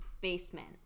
basement